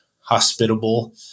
hospitable